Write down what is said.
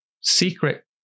secret